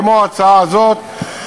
כמו ההצעה הזאת,